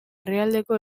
erdialdeko